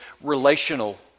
relational